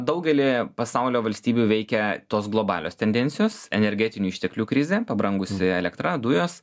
daugely pasaulio valstybių veikia tos globalios tendencijos energetinių išteklių krizė pabrangusi elektra dujos